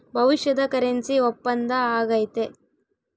ಭವಿಷ್ಯದ ಕರೆನ್ಸಿ ಒಪ್ಪಂದ ಆಗೈತೆ